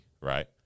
right